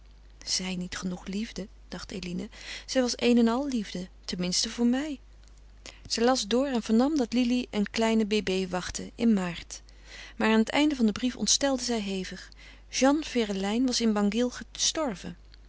zij niet genoeg liefde dacht eline zij was een en al liefde tenminste voor mij zij las door en vernam dat lili een kleine bébé wachtte in maart maar aan het einde van den brief ontstelde zij hevig jeanne ferelijn was in bangil gestorven